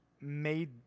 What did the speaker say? made –